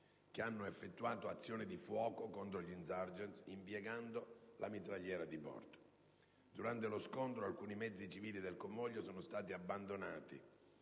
che hanno effettuato azione di fuoco contro gli *insurgents* impiegando la mitragliera di bordo. Durante lo scontro alcuni mezzi civili del convoglio sono stati abbandonati